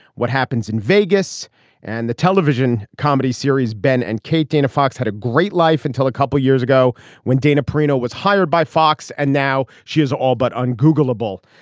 what happens in vegas and the television comedy series ben and kate dina fox had a great life until a couple of years ago when dana perino was hired by fox and now she is all but on google ball.